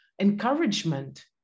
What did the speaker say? encouragement